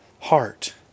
heart